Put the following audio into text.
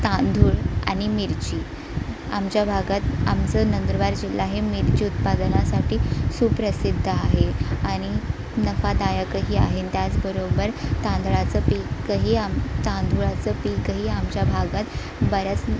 तांदूळ आणि मिरची आमच्या भागात आमचं नंदुरबार जिल्हा हे मिरची उत्पादनासाठी सुप्रसिद्ध आहे आणि नफादायकही आहे आणि त्याचबरोबर तांदळाचं पीकही आम तांदुळाचं पीकही आमच्या भागात बऱ्याच